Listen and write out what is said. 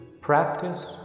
Practice